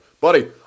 buddy